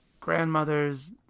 grandmother's